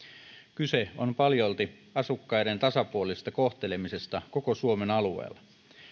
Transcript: kyse on paljolti asukkaiden tasapuolisesta kohtelemisesta koko suomen alueella